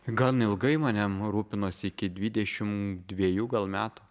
gan ilgai manim rūpinosi iki dvidešimt dviejų metų